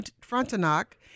Frontenac